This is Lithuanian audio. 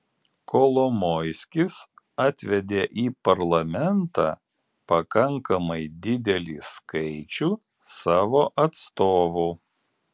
kolomoiskis atvedė į parlamentą pakankamai didelį skaičių savo atstovų